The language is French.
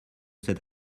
cet